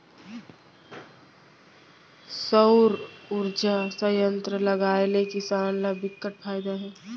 सउर उरजा संयत्र लगाए ले किसान ल बिकट फायदा हे